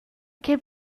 che